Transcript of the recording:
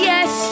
Yes